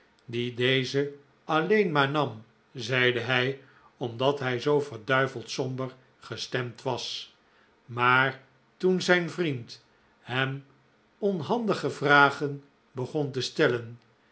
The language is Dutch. dien deze alleen maar nam zeide hij omdat hij zoo verduiveld somber gestemd was maar toen zijn vriend hem onhandige vragen begon te stellen